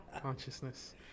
consciousness